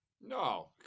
No